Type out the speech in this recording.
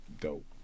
dope